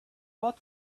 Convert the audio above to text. what